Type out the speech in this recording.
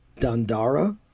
Dandara